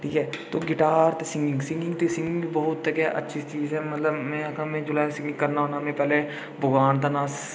ठीक ऐ ते गिटार ते सिंगिंग सिंगिंग ते सिंगिंग बहुत गै अच्छी चीज़ ऐ मतलब में आक्खां में जोल्लै सिंगिंग करना होन्नां में पैह्लें भगवान दा नांऽ